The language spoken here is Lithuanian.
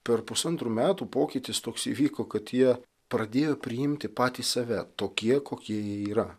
per pusantrų metų pokytis toks įvyko kad jie pradėjo priimti patys save tokie kokie jie yra